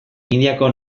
indiako